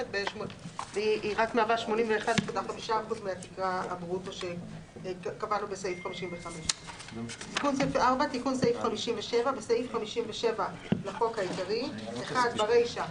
היא רק מהווה 81.5% מתקרת הברוטו שקבענו בסעיף 55. תיקון סעיף 574.בסעיף 57(א) לחוק העיקרי (!) ברישה,